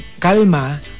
Calma